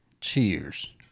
Cheers